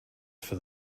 for